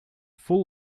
full